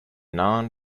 now